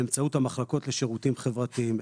באמצעות המחלקות לשירותים חברתיים.